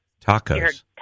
Tacos